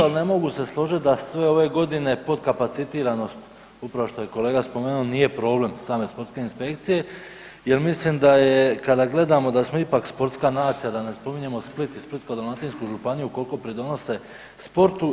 Ali ne mogu se složiti da sve ove godine potkapacitiranost upravo što je kolega spomenuo nije problem same sportske inspekcije, jer mislim da je kada gledamo da smo ipak sportska nacija da ne spominjemo Split i Splitsko-dalmatinsku županiju koliko doprinose sportu.